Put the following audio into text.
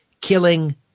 Killing